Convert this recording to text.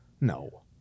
No